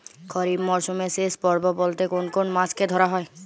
খরিপ মরসুমের শেষ পর্ব বলতে কোন কোন মাস কে ধরা হয়?